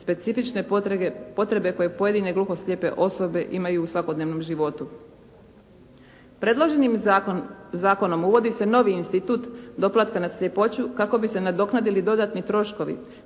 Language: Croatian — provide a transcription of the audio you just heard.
specifične potrebe koje pojedine gluhoslijepe osobe imaju u svakodnevnom životu. Predloženim zakonom uvodi se novi institut doplatka na sljepoću kako bi se nadoknadili dodatni troškovi